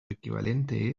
equivalente